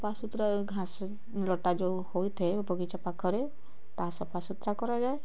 ସଫାସୁତୁରା ଘାସ ଲତା ଯେଉଁ ହୋଇଥାଏ ବଗିଚା ପାଖରେ ତାହା ସଫାସୁତୁରା କରାଯାଏ